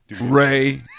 Ray